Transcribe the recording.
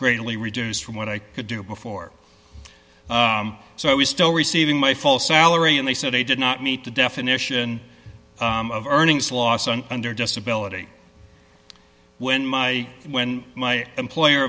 greatly reduced from what i could do before so i was still receiving my full salary and they said they did not meet the definition of earning slawson under disability when my when my employer